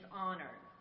honored